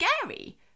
scary